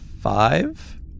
five